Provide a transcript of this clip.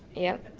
yep